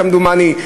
כמדומני,